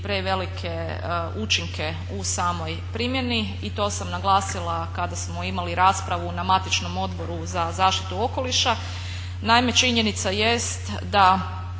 prevelike učinke u samoj primjeni i to sam naglasila kada smo imali raspravu na matičnom odboru za zaštitu okoliša. Naime, činjenica jest da